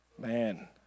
man